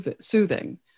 soothing